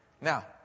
Now